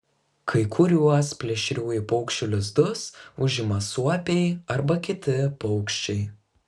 kai kuriuos plėšriųjų paukščių lizdus užima suopiai arba kiti paukščiai